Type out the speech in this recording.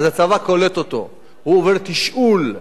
הצבא קולט אותו, הוא עובר תשאול.